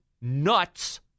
nuts